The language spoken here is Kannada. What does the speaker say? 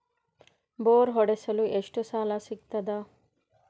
ಬೋರ್ ಹೊಡೆಸಲು ಎಷ್ಟು ಸಾಲ ಸಿಗತದ?